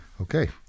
okay